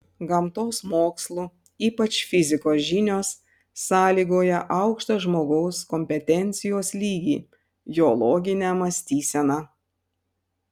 gamtos mokslų ypač fizikos žinios sąlygoja aukštą žmogaus kompetencijos lygį jo loginę mąstyseną